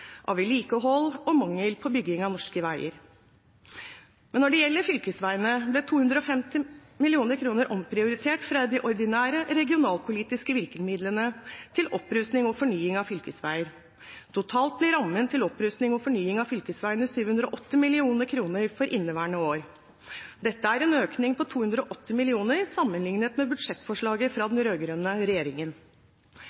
av vedlikehold og mangel på bygging av norske veier. Når det gjelder fylkesveiene, ble 250 mill. kr omprioritert fra de ordinære regionalpolitiske midlene til opprustning og fornying av fylkesveier. Totalt blir rammen til opprustning og fornying av fylkesveiene 780 mill. kr for inneværende år. Dette er en økning på 280 mill. kr sammenliknet med budsjettforslaget fra